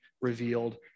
revealed